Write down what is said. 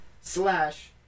slash